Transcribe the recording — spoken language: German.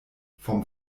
vom